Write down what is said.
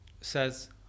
says